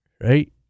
Right